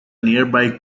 nearby